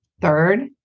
Third